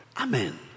Amen